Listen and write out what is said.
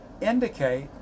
indicate